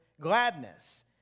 gladness